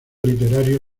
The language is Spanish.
literario